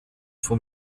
vom